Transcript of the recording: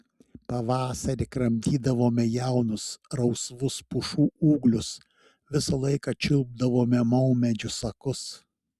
pavasarį kramtydavome jaunus rausvus pušų ūglius visą laiką čiulpdavome maumedžių sakus